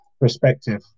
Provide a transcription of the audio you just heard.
perspective